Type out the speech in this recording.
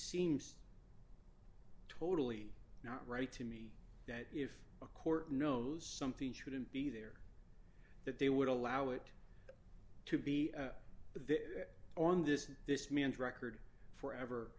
seems totally not ready to me that if a court knows something shouldn't be there that they would allow it to be there on this this means record forever